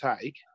take